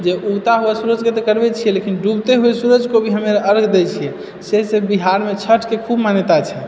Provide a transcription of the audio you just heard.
जे उगता हुआ सूरज के तऽ करब छियै लेकिन डुबतै हुए सूरज को भी हमे अर्घ दए छियै से से बिहारमे छठ के खूब मन्यता छै